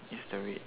is the red